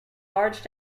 large